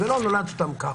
זה לא נולד סתם ככה.